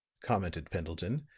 commented pendleton,